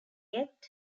yet